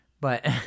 But-